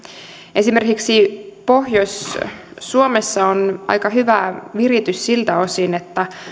esimerkiksi pohjois suomessa on aika hyvä viritys siltä osin että